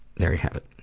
there you have it.